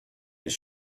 his